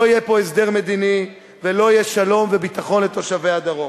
לא יהיה פה הסדר מדיני ולא יהיו שלום וביטחון לתושבי הדרום.